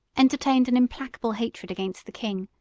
entertained an implacable hatred against the king,